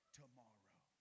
tomorrow